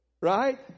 right